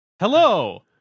Hello